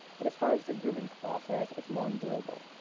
but as far as the grooming process, it's more enjoyable.